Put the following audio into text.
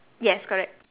yes correct